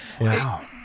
Wow